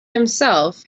himself